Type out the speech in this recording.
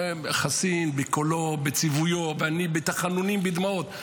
חסין בקולו ובציוויו, ואני בתחנונים, בדמעות.